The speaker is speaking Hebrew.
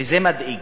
וזה מדאיג.